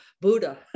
Buddha